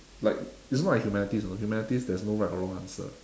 like it's not like humanities you know humanities there's no right or wrong answer